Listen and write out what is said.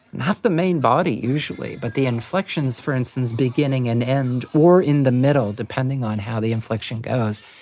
not the main body usually but the inflections for instance beginning and end or in the middle depending on how the infliction goes.